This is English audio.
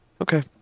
Okay